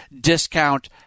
discount